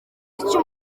icyo